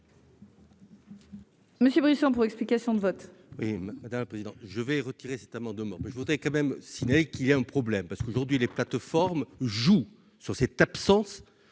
Monsieur Brisson pour explication de vote. Oui, madame la présidente, je vais retirer cet amendement mais je voudrais quand même signaler qu'il y a un problème parce qu'aujourd'hui les plateformes joue sur cette absence